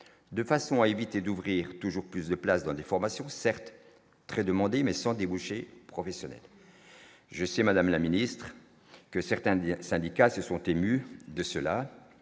de façon à éviter d'ouvrir toujours plus de place dans des formations, certes très demandés, mais sans débouchés professionnels, je sais, Madame la Ministre, que certaines syndicat se sont émus de cela